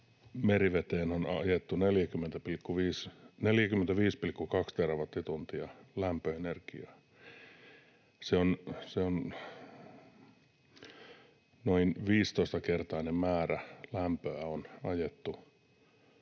meriveteen on ajettu 45,2 terawattituntia lämpöenergiaa. Noin 15-kertainen määrä lämpöä on ajettu